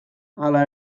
hala